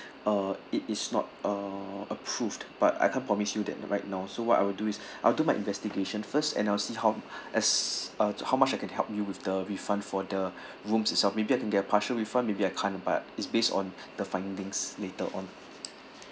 uh it is not uh approved but I can't promise you that right now so what I'll do is I'll do my investigation first and I'll see how as uh how much I can help you with the refund for the room itself maybe I can get a partial refund maybe I can't but is based on the findings later on